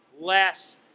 less